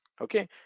Okay